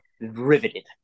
riveted